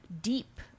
deep